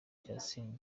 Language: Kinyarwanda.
justin